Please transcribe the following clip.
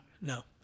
No